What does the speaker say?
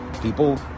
people